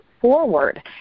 forward